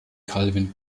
calvin